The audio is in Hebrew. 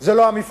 זה לא המבחן.